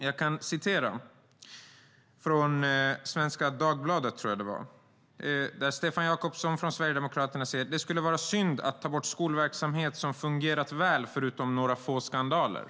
Jag kan citera från Svenska Dagbladet, där Stefan Jakobsson från Sverigedemokraterna säger: "Det skulle vara synd att ta bort skolverksamhet som fungerat väl förutom några få skandaler.